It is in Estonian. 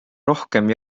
rohkem